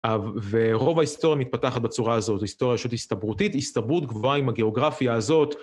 ורוב ההיסטוריה מתפתחת בצורה הזאת, היסטוריה שהיא הסתברותית, הסתברות גבוהה עם הגיאוגרפיה הזאת.